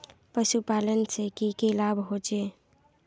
पशुपालन से की की लाभ होचे?